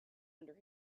under